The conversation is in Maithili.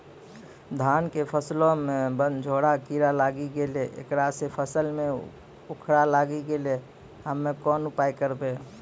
धान के फसलो मे बनझोरा कीड़ा लागी गैलै ऐकरा से फसल मे उखरा लागी गैलै हम्मे कोन उपाय करबै?